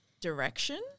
direction